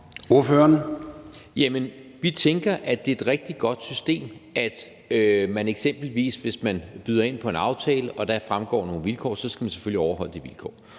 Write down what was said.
Vi tænker, at det er et rigtig godt system, at hvis man eksempelvis byder ind på en aftale og der fremgår nogle vilkår, så skal man selvfølgelig overholde de vilkår.